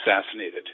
assassinated